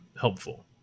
helpful